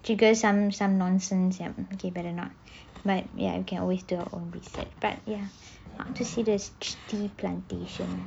trigger some some nonsense okay better not but ya you can always do research but ya I want to see this tea plantation